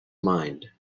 mind